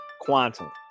Quantum